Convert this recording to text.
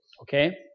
Okay